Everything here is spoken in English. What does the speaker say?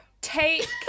Take